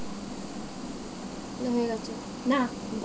কতদিন অন্তর KYC update করতে হবে?